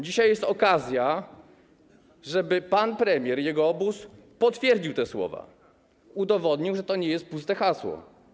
Dzisiaj jest okazja, żeby pan premier i jego obóz potwierdzili te słowa i udowodnili, że to nie są puste hasła.